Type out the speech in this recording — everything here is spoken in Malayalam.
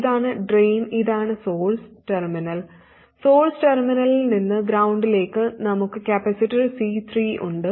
ഇതാണ് ഡ്രെയിൻ ഇതാണ് സോഴ്സ് ടെർമിനൽ സോഴ്സ് ടെർമിനലിൽ നിന്ന് ഗ്രൌണ്ടിലേക്ക് നമുക്ക് കപ്പാസിറ്റർ C3 ഉണ്ട്